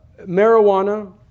marijuana